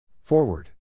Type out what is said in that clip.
Forward